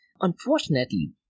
Unfortunately